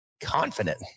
confident